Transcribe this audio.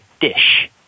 dish